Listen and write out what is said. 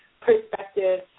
perspective